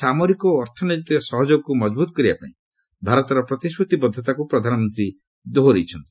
ସାମରିକ ଓ ଅର୍ଥନୈତିକ ସହଯୋଗକୁ ମଜବୁତ କରିବା ପାଇଁ ଭାରତର ପ୍ରତିଶ୍ରତିବଦ୍ଧତାକୁ ପ୍ରଧାନମନ୍ତ୍ରୀ ଦୋହରାଇଛନ୍ତି